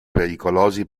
pericolosi